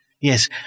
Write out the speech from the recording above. Yes